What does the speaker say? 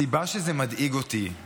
הסיבה שזה מדאיג אותי,